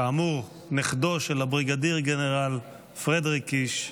כאמור, נכדו של הבריגדיר גנרל פרדריק קיש,